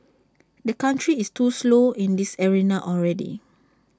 the country is too slow in this arena already